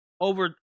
over